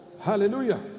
Hallelujah